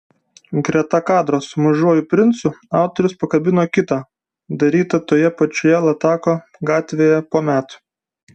greta kadro su mažuoju princu autorius pakabino kitą darytą toje pačioje latako gatvėje po metų